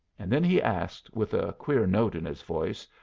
and then he asked, with a queer note in his voice,